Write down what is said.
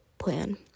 plan